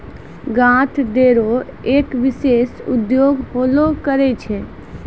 grant दै रो एक विशेष उद्देश्य होलो करै छै